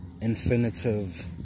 infinitive